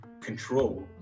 control